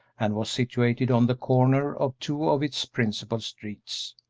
and was situated on the corner of two of its principal streets.